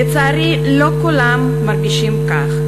לצערי, לא כולם מרגישים כך.